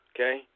Okay